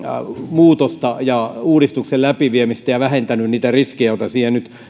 muutosta ja uudistuksen läpiviemistä ja vähentänyt niitä riskejä joita siihen nyt